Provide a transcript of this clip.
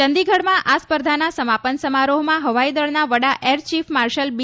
ચંદીગઢમાં આ સ્પર્ધાના સમાપન સમારોહમાં હવાઈ દળના વડા એર ચિફ માર્શલ બી